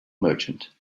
merchant